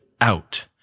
out